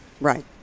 Right